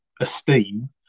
esteem